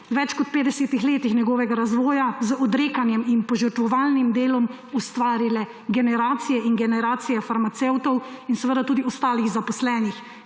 več kot 50 letih njegovega razvoja z odrekanjem in požrtvovalnim delom ustvarile generacije in generacije farmacevtov in seveda tudi ostalih zaposlenih,